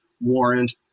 warrant